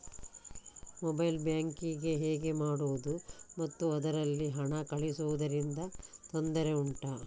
mobile banking ಹೇಗೆ ಮಾಡುವುದು ಮತ್ತು ಅದರಲ್ಲಿ ಹಣ ಕಳುಹಿಸೂದರಿಂದ ತೊಂದರೆ ಉಂಟಾ